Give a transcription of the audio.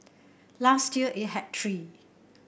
last year it had three